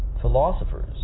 philosophers